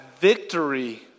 victory